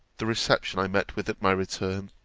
the reception i met with at my return,